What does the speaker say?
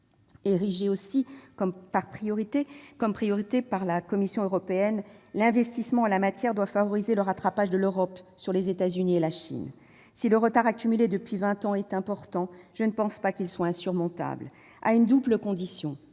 Érigé au rang de priorité par la Commission européenne, l'investissement en la matière doit favoriser le rattrapage de l'Europe sur les États-Unis et la Chine. Si le retard accumulé depuis vingt ans est important, je ne pense pas qu'il soit insurmontable à une double condition